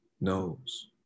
knows